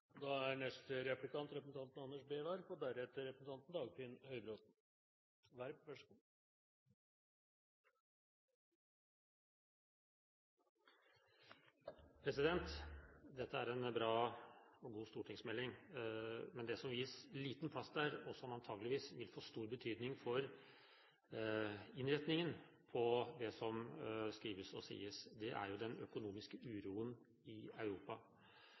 Dette er en bra og god stortingsmelding. Men det som gis liten plass der, og som antakeligvis får stor betydning for innretningen på det som skrives og sies, er den økonomiske uroen i Europa,